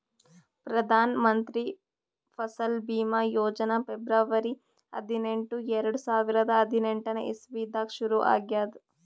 Pradhan Mantri Fasal Bima Yojana February ಹದಿನೆಂಟು, ಎರಡು ಸಾವಿರದಾ ಹದಿನೆಂಟನೇ ಇಸವಿದಾಗ್ ಶುರು ಆಗ್ಯಾದ್